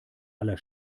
aller